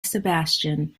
sebastian